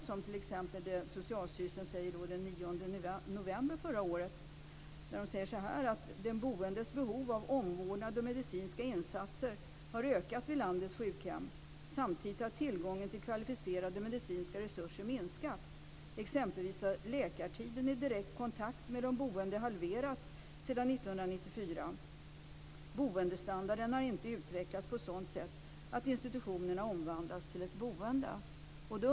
Socialstyrelsen sade den 9 november förra året att de boendes behov av omvårdnad och medicinska insatser har ökat vid landets sjukhem. Samtidigt har tillgången till kvalificerade medicinska resurser minskat. Exempelvis har läkarnas direkta kontakt med de boende halverats sedan 1994. Boendestandarden har inte utvecklats på ett sådant sätt att institutionerna har omvandlats till ett boende.